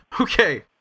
Okay